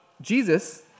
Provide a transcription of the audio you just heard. Jesus